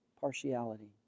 partiality